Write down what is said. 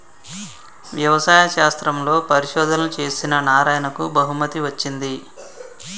వ్యవసాయ శాస్త్రంలో పరిశోధనలు చేసిన నారాయణకు బహుమతి వచ్చింది